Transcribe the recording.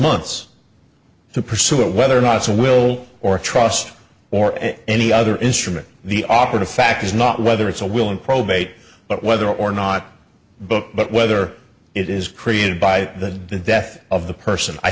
months to pursue it whether or not it's a will or trust or any other instrument the operative fact is not whether it's a will in probate but whether or not book but whether it is created by the death of the person i